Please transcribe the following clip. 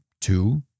two